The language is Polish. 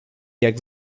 jak